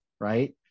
right